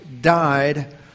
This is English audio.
died